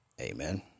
Amen